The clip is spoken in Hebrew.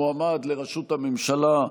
המועמד לראשות הממשלה,